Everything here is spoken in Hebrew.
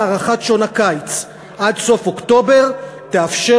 הארכת שעון הקיץ עד סוף אוקטובר תאפשר